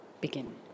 Begin